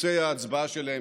דפוסי ההצבעה שלהם.